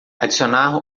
adicionar